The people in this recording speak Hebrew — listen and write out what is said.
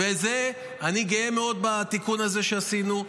אני גאה מאוד בתיקון הזה שעשינו,